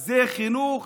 היא חינוך